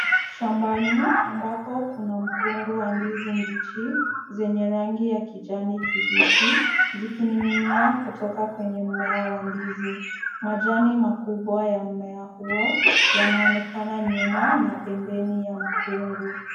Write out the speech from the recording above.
Shambani ambako kuna mkungu wa ndizi mbichi zenye rangi ya kijani kibichi zikining'inia kutoka kwenye mmea wa ndizi. Majani makubwa ya mmea huo yanaonekana nyuma na pembeni ya mkungu.